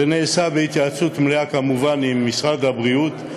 זה נעשה בהתייעצות מלאה, כמובן, עם משרד הבריאות.